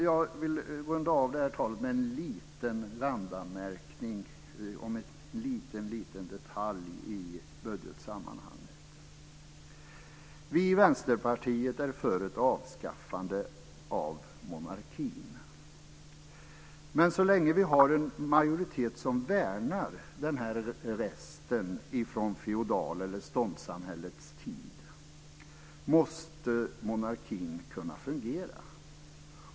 Jag vill runda av detta tal med en liten randanmärkning om en liten detalj i budgetsammanhanget. Vi i Vänsterpartiet är för ett avskaffande av monarkin. Men så länge vi har en majoritet som värnar denna rest från feodal eller ståndssamhällets tid måste monarkin kunna fungera.